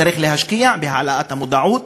צריך להשקיע בהעלאת המודעות,